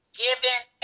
giving